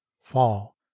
fall